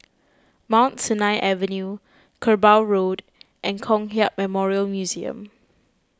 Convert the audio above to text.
Mount Sinai Avenue Kerbau Road and Kong Hiap Memorial Museum